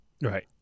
Right